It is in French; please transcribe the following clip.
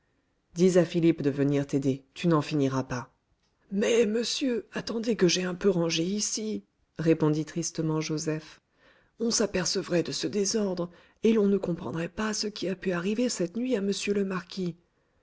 dis à philippe de venir t'aider tu n'en finiras pas mais monsieur attendez que j'aie un peu rangé ici répondit tristement joseph on s'apercevrait de ce désordre et l'on ne comprendrait pas ce qui a pu arriver cette nuit à monsieur le marquis